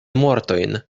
mortojn